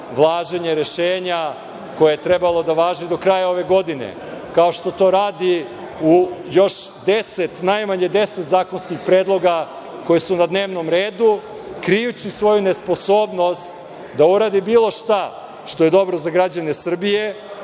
važenje rešenja koje je trebalo da važi do kraja ove godine, kao što to radi u još najmanje 10 zakonskih predloga koji su na dnevnom redu, krijući svoju nesposobnost da uradi bilo šta što je dobro za građane Srbije.